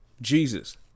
Jesus